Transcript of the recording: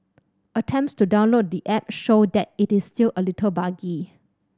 attempts to download the app show that it is still a little buggy